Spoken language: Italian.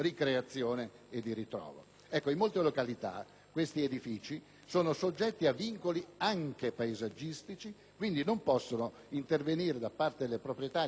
in molte località questi edifici sono soggetti a vincoli anche paesaggistici sui quali non possono intervenire, da parte del proprietario, anche se lo volesse,